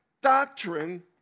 doctrine